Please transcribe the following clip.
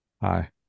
Hi